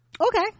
okay